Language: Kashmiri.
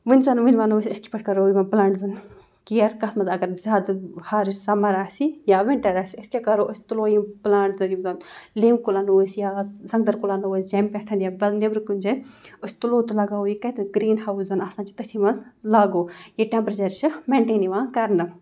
وٕنۍ زَن وٕنۍ وَنو أسۍ أسۍ کِتھ پٲٹھۍ کَرو یِمَن پٕلانٛٹزَن کِیَر کَتھ منٛز اگر زیادٕ ہارٕش سَمَر آسہِ یا وِنٹَر آسہِ أسۍ کیٛاہ کَرو أسۍ تُلو یِم پٕلانٛٹزَن یِم زَن لٮ۪مبۍ کُل اَنو أسۍ یا سنٛگتَر کُل اَنو أسۍ جیٚمہِ پٮ۪ٹھ یا بَدل نٮ۪رٕ کُنہِ جاے أسۍ تُلو تہٕ لگاوَو یہِ کَتٮ۪ن گرٛیٖن ہاوُس زَن آسان چھِ تٔتھی منٛز لاگو ییٚتہِ ٹٮ۪مپریچَر چھِ میٚنٹین یِوان کَرنہٕ